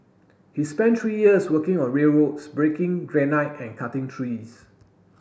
he spent three years working on railroads breaking granite and cutting trees